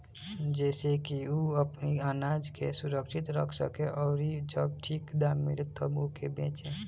जेसे की उ अपनी आनाज के सुरक्षित रख सके अउरी जब ठीक दाम मिले तब ओके बेचे